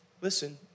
Listen